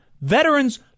Veterans